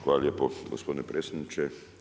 Hvala lijepo gospodine predsjedniče.